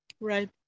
Right